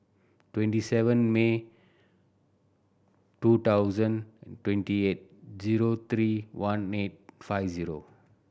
twenty seven May two thousand twenty eight zero three one eight five zero